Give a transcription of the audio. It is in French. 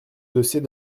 dossier